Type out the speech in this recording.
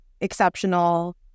exceptional